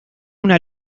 una